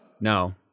No